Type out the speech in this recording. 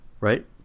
right